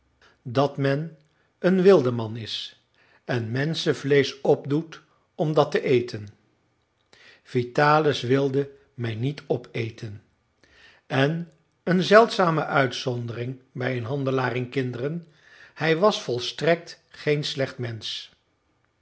dat men een wildeman is en menschenvleesch opdoet om dat te eten vitalis wilde mij niet opeten en een zeldzame uitzondering bij een handelaar in kinderen hij was volstrekt geen slecht mensch